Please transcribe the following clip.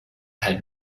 had